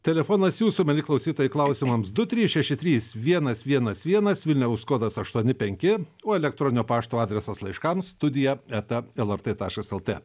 telefonas jūsų mieli klausytojai klausimams du trys šeši trys vienas vienas vienas vilniaus kodas aštuoni penki o elektroninio pašto adresas laiškams studija eta lrt taškas lt